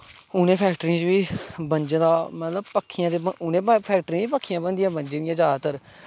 उ'नें फैक्ट्रियें च बी बंजा दा मतलब पक्खियां ते फैक्ट्री च बी पक्खियां बनदियां जैदातर